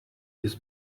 this